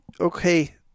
okay